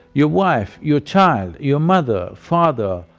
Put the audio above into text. your wife, your child, your mother, father,